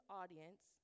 audience